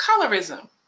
Colorism